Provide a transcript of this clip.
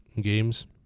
games